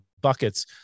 buckets